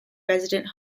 resident